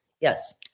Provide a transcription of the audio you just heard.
yes